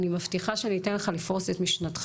אני מבטיחה שאני אתן לך לפרוס את משנתך,